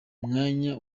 mwanya